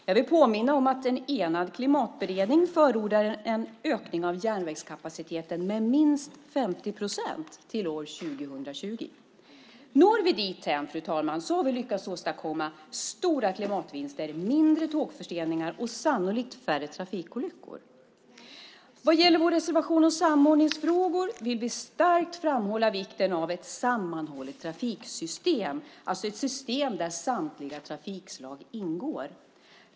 Jag vill påminna om att en enad klimatberedning förordar en ökning av järnvägskapaciteten med minst 50 procent till år 2020. Når vi dithän har vi lyckats åstadkomma stora klimatvinster, mindre tågförseningar och sannolikt färre trafikolyckor. Vad gäller vår reservation om samordningsfrågor vill vi starkt framhålla vikten av ett sammanhållet trafiksystem, alltså ett system där samtliga trafikslag ingår.